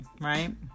right